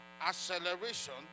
Acceleration